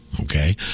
Okay